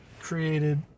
created